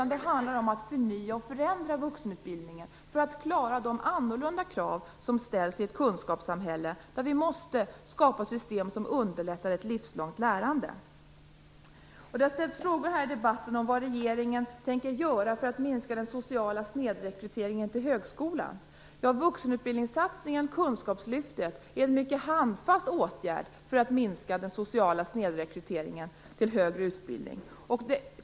Det handlar om att förnya och förändra vuxenutbildningen för att klara de annorlunda krav som ställs i ett kunskapssamhälle där vi måste skapa system som underlättar ett livslångt lärande. Det har här i debatten ställts frågor om vad regeringen tänker göra för att minska den sociala snedrekryteringen till högskolan. Vuxenutbildningssatsningen och kunskapslyftet är en mycket handfast åtgärd för att minska den sociala snedrekryteringen till högre utbildning.